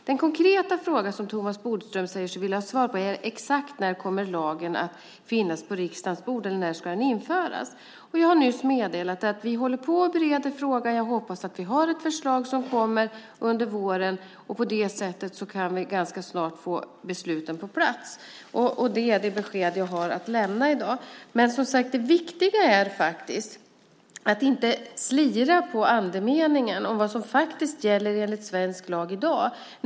Den konkreta fråga som Thomas Bodström säger sig vilja ha svar på är: Exakt när kommer lagförslaget att finnas på riksdagens bord och när ska lagen införas? Jag har nyss meddelat att vi håller på att bereda frågan. Jag hoppas att vi har ett förslag som kommer under våren. På det sättet kan vi ganska snart få besluten på plats. Det är det besked jag har att lämna i dag. Det viktiga är faktiskt att vi inte slirar på andemeningen om vad som gäller enligt svensk lag i dag.